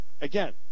Again